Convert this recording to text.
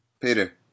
Peter